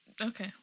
Okay